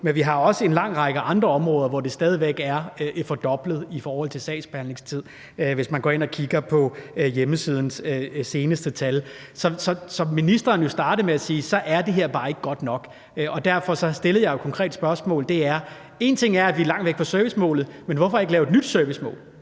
Vi har også en lang række andre områder, hvor det stadig væk er fordoblet i forhold til sagsbehandlingstid. Det kan man se, hvis man går ind og kigger på hjemmesidens seneste tal. Som ministeren startede med at sige, er det her bare ikke godt nok, og derfor stiller jeg jo et konkret spørgsmål, og det er: Vi er langt væk fra servicemålet, men hvorfor ikke lave et nyt servicemål,